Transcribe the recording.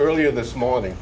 earlier this morning